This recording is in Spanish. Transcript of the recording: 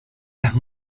las